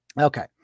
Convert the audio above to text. Okay